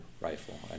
rifle